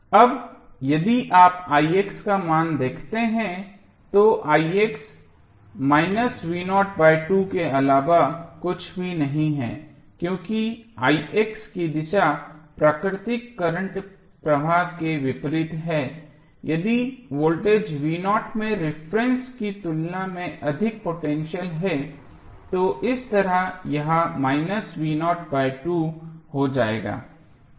अब यदि आप का मान देखते हैं तो के अलावा कुछ भी नहीं है क्योंकि की दिशा प्राकृतिक करंट प्रवाह के विपरीत है यदि वोल्टेज में रिफरेन्स की तुलना में अधिक पोटेंशियल है तो इस तरह यह हो जाएगा